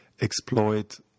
exploit